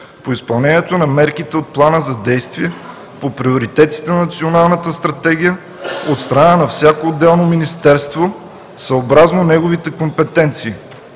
по изпълнението на мерките от Плана за действие по приоритетите на Националната стратегия от страна на всяко отделно министерство, съобразно неговите компетенции.